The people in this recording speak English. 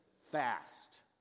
fast